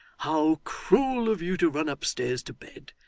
how cruel of you to run upstairs to bed!